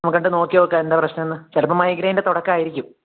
നോക്കട്ടെ നോക്കി നോക്കാം എന്താണ് പ്രശ്നമെന്ന് ചിലപ്പോള് മൈഗ്രെൻ്റെ തുടക്കമായിരിക്കും